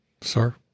Sir